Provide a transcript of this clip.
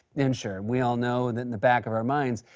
and sure, we all know that in the back of our minds,